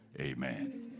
amen